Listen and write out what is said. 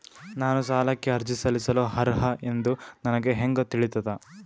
ನಾನು ಸಾಲಕ್ಕೆ ಅರ್ಜಿ ಸಲ್ಲಿಸಲು ಅರ್ಹ ಎಂದು ನನಗೆ ಹೆಂಗ್ ತಿಳಿತದ?